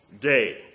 day